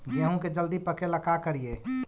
गेहूं के जल्दी पके ल का करियै?